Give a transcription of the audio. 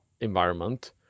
environment